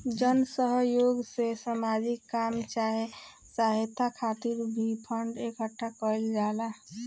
जन सह योग से सामाजिक काम चाहे सहायता खातिर भी फंड इकट्ठा कईल जाला